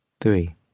three